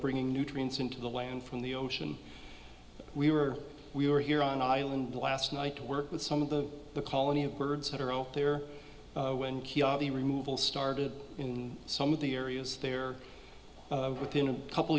bringing nutrients into the land from the ocean we were we were here on island last night to work with some of the the colony of birds that are out there when the removal started in some of the areas there within a couple